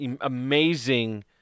amazing